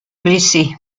blessé